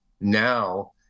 Now